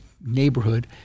neighborhood